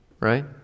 Right